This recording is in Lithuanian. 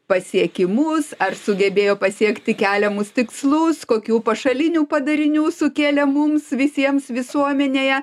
pasiekimus ar sugebėjo pasiekti keliamus tikslus kokių pašalinių padarinių sukėlė mums visiems visuomenėje